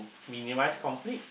minimise conflict